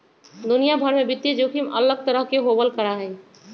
दुनिया भर में वित्तीय जोखिम अलग तरह के होबल करा हई